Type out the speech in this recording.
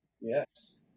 Yes